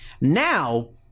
Now